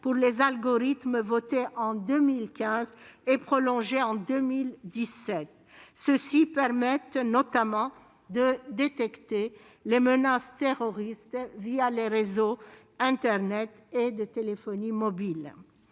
pour les algorithmes votés en 2015 et prolongés en 2017. Ceux-ci permettent notamment de détecter les menaces terroristes les réseaux internet et de téléphonie mobile.